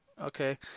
Okay